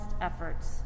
efforts